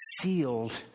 sealed